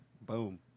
Boom